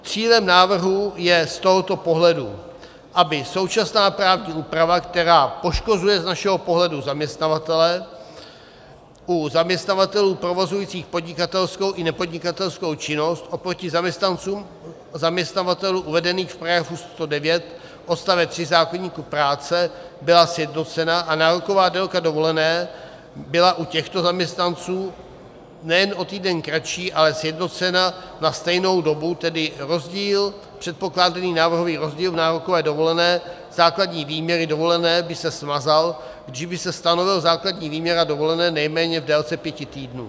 Cílem návrhu je z tohoto pohledu, aby současná právní úprava, která poškozuje z našeho pohledu zaměstnavatele (?) u zaměstnavatelů provozujících podnikatelskou i nepodnikatelskou činnost oproti zaměstnancům u zaměstnavatelů uvedených v § 109 odst. 3 zákoníku práce, byla sjednocena a nároková délka dovolené byla u těchto zaměstnanců nejen o týden kratší, ale sjednocena na stejnou dobu, tedy předpokládaný návrhový rozdíl v nárokové dovolené základní výměry dovolené by se smazal, když by se stanovil základní výměr dovolené nejméně v délce pěti týdnů.